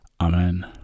Amen